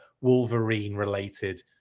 Wolverine-related